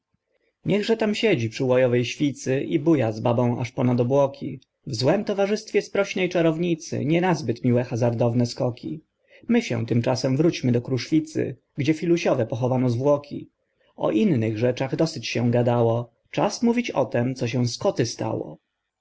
latarnie niechże tam siedzi przy łojowej świcy i buja z babą aż ponad obłoki w złem towarzystwie sprośnej czarownicy nie nazbyt miłe hazardowne skoki my się tymczasem wróćmy do kruszwicy gdzie filusiowe pochowano zwłoki o innych rzeczach dosyć się gadało czas mówić o tem co się